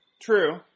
True